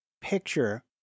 picture